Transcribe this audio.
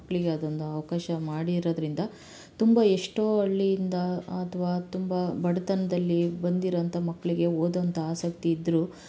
ಮಕ್ಕಳಿಗೆ ಅದೊಂದು ಅವಕಾಶ ಮಾಡಿರೋದ್ರಿಂದ ತುಂಬ ಎಷ್ಟೋ ಹಳ್ಳಿಯಿಂದ ಅಥವಾ ತುಂಬ ಬಡತನದಲ್ಲಿ ಬಂದಿರೋಂಥ ಮಕ್ಕಳಿಗೆ ಓದುವಂಥ ಆಸಕ್ತಿ ಇದ್ದರೂ